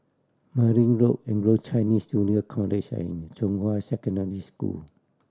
Merryn Road Anglo Chinese Junior College and Zhonghua Secondary School